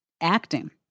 acting